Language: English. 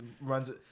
runs